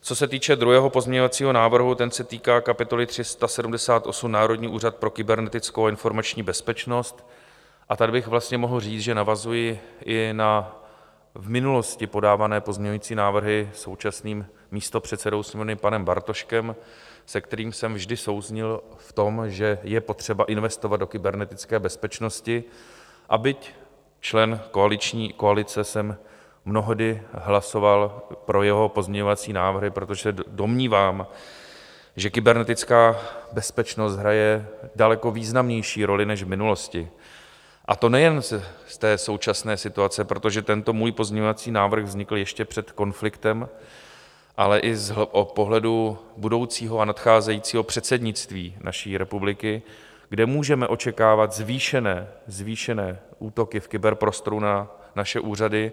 Co se týče druhého pozměňovacího návrhu, ten se týká kapitoly 378 Národní úřad pro kybernetickou a informační bezpečnost a tady bych vlastně mohl říct, že navazuji i na v minulosti podávané pozměňovací návrhy současným místopředsedou Sněmovny panem Bartoškem, se kterým jsem vždy souzněl v tom, že je potřeba investovat do kybernetické bezpečnosti, a byť člen koalice, mnohdy jsem hlasoval pro jeho pozměňovací návrhy, protože se domnívám, že kybernetická bezpečnost hraje daleko významnější roli než v minulosti, a to nejen z té současné situace protože tento můj pozměňovací návrh vznikl ještě před konfliktem ale i z pohledu budoucího a nadcházejícího předsednictví naší republiky, kde můžeme očekávat zvýšené útoky v kyberprostoru na naše úřady.